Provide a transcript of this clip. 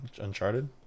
Uncharted